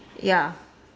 ya